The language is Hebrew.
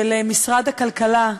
שבמשרד הכלכלה,